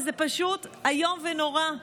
וזה פשוט איום ונורא.